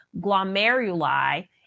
glomeruli